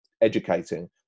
educating